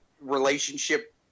relationship